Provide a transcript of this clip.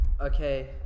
Okay